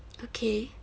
okay